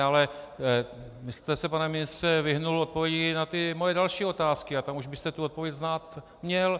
Ale vy jste se, pane ministře, vyhnul odpovědi na ty moje další otázky a tam už byste tu odpověď znát měl.